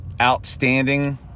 outstanding